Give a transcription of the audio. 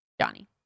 Johnny